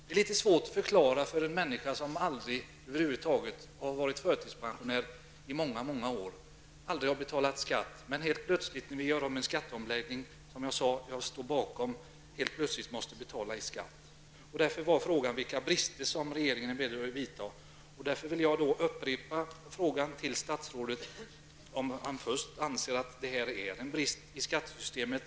Det är litet svårt att förklara detta för en människa som har varit förtidspensionär i många år och aldrig har betalat skatt, men helt plötsligt på grund av en skatteomläggning -- som jag sade att jag står bakom -- måste betala skatt. Min fråga gällde därför vilka åtgärder regeringen är beredd att vidta för att rätta till bristerna. Jag vill fråga statsrådet om han anser att detta är en brist i skattesystemet.